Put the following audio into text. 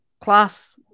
class